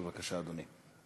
בבקשה, אדוני.